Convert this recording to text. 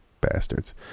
Bastards